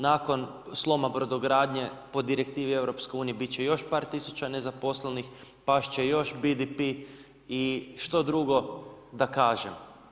Nakon sloma brodogradnje po direktivi EU bit će još par tisuća nezaposlenih, past će još BDP i što drugo da kažem.